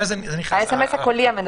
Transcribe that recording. הסמ"ס הקולי המנדנד.